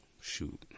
shoot